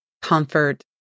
comfort